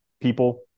people